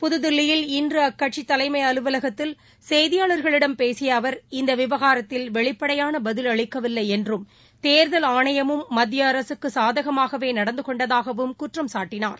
புதுதில்லியில் இன்றுஅக்கட்சிதலைமைஅலுவலகத்தில் இன்றுசெய்தியாளர்களிடம் பேசியஅவர் இந்தவிவகாரத்தில் வெளிப்படையானபதில் அளிக்கவில்லைஎன்றும் தேர்தல் மத்தியஅரசுக்குசாதகமாகவேநடந்துகொண்டதாகவும் அவர் குற்றம் சாட்டியுள்ளார்